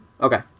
Okay